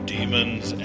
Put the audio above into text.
Demons